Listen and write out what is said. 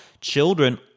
children